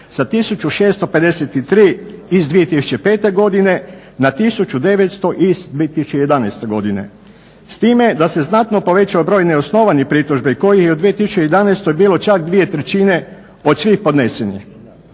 sa 1653 iz 2005. godine na 1900 iz 2011. godine. S time da se znatno povećao broj neosnovanih pritužbi kojih je u 2011. bilo čak dvije trećine od svih podnesenih.